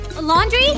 Laundry